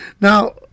Now